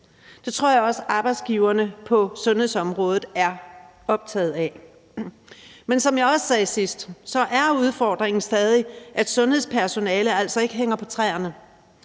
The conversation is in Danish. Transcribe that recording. Det tror jeg også arbejdsgiverne på sundhedsområdet er optaget af. Men som jeg også sagde sidst, er udfordringen stadig, at sundhedspersonalet altså ikke hænger på træerne.